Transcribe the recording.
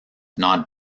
not